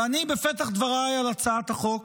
ובפתח דבריי על הצעת החוק